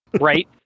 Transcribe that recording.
Right